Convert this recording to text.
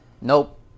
Nope